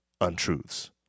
untruths